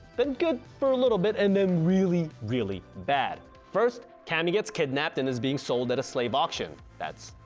then good for a lil bit and then really really bad, first camie gets kidnapped and is being sold at a slave auction, that's,